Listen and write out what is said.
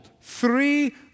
Three